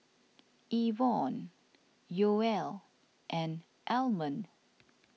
Ivonne Yoel and Almond